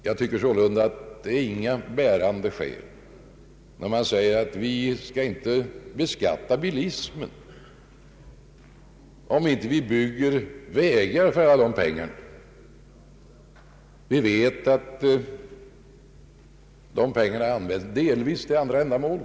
Man kan, anser jag, inte anföra några som helst vägande skäl för att vi inte nu skulle kunna ta ut denna höjda skatt av bilismen om vi inte bygger vägar för alla de pengarna. Vi vet att dessa pengar används delvis till andra ändamål.